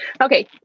Okay